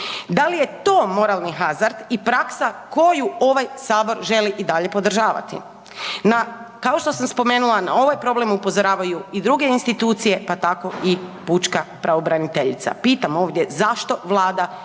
Da li je to moralni hazard i praksa koju ovaj sabor želi i dalje podržavati? Na, kao što sam spomenula na ovaj problem upozoravaju i druge institucije, pa tako i pučka pravobraniteljica. Pitam ovdje, zašto Vlada nije